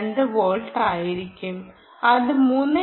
2 volt ആയിരിക്കും അത് 3